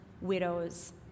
widows